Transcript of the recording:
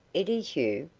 it is you?